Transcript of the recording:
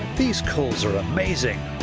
these calls are amazing.